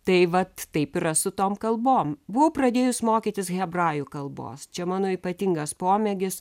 tai vat taip yra su tom kalbom buvau pradėjus mokytis hebrajų kalbos čia mano ypatingas pomėgis